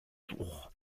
jour